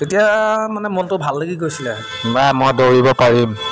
তেতিয়া মানে মনটো ভাল লাগি গৈছিলে বা মই দৌৰিব পাৰিম